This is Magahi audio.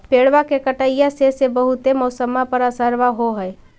पेड़बा के कटईया से से बहुते मौसमा पर असरबा हो है?